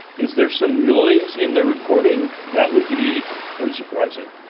is there some noise in their reporting that would be unsurprising?